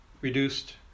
reduced